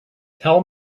tell